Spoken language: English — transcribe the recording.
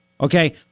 okay